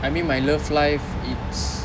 I mean my love life it's